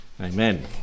Amen